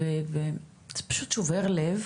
וזה פשוט שובר לב,